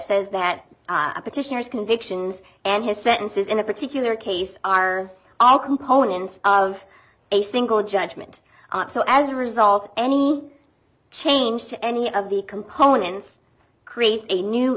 says that petitioners convictions and his sentences in a particular case are all components of a single judgment so as a result any change to any of the components create a new